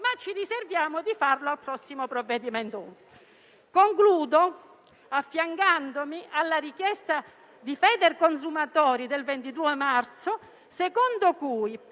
ma ci riserviamo di farlo al prossimo provvedimento utile. Concludo affiancandomi alla richiesta di Federconsumatori del 22 marzo: per evitare